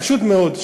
פשוט מאוד,